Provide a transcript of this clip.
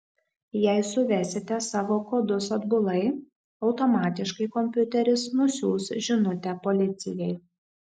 jei suvesite savo kodus atbulai automatiškai kompiuteris nusiųs žinutę policijai